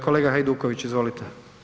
Kolega Hajduković, izvolite.